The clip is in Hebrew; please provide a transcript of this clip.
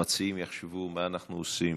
המציעים יחשבו מה אנחנו עושים.